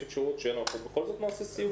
יש אפשרות שאנחנו בכל זאת נערוך סיור?